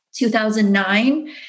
2009